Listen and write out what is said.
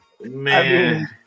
Man